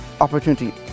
opportunity